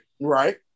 right